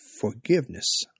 forgiveness